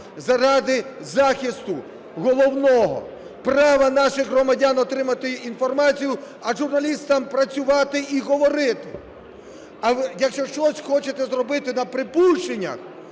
заради захисту головного – права наших громадян отримати інформацію, а журналістам – працювати і говорити. Якщо щось хочете зробити на припущення,